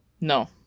No